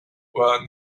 were